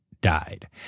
died